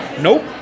Nope